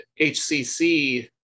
hcc